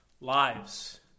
lives